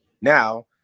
Now